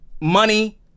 money